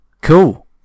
Cool